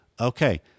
okay